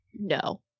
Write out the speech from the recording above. No